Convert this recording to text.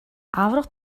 аварга